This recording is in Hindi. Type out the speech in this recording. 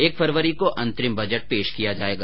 एक फरवरी को अंतरिम बजट पेश किया जायेगा